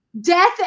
death